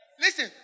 Listen